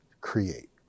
create